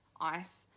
ice